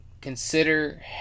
Consider